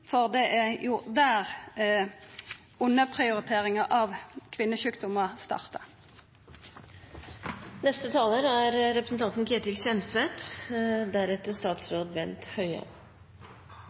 for det er jo der underprioriteringa av